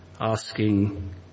asking